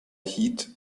heat